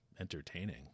entertaining